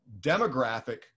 demographic